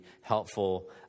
helpful